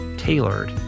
tailored